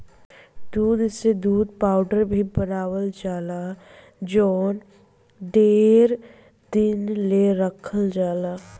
दूध से दूध पाउडर भी बनावल जाला जवन ढेरे दिन ले रखल जाला